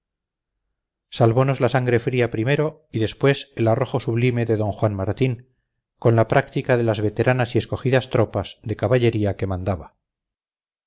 inmediato pueblo salvonos la sangre fría primero y después el arrojo sublime de d juan martín con la práctica de las veteranas y escogidas tropas de caballería que mandaba